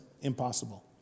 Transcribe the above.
impossible